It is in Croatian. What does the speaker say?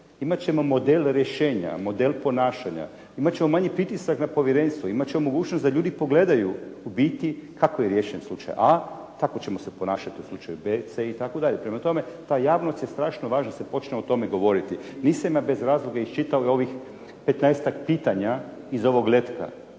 imat ćemo model rješenja, model ponašanja, imat ćemo manji pritisak na povjerenstvo, imat ćemo mogućnost da ljudi pogledaju u biti kako je riješen slučaj, a tako ćemo se ponašati u slučaju b, c itd. Prema tome, ta javnost je strašno važna da se počne o tome govoriti. Nisam ja bez razloga iščitao ovih petnaestak pitanja iz ovog letka